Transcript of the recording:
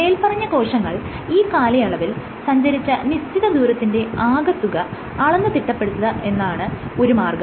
മേല്പറഞ്ഞ കോശങ്ങൾ ഈ കാലയളവിൽ സഞ്ചരിച്ച നിശ്ചിത ദൂരത്തിന്റെ ആകെത്തുക അളന്ന് തിട്ടപ്പെടുത്തുക എന്നതാണ് ഒരു മാർഗം